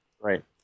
Right